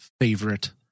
favorite